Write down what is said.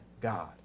God